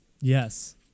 yes